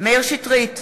מאיר שטרית,